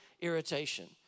irritation